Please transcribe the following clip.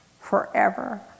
forever